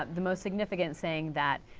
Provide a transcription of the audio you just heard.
ah the most significant saying that